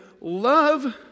love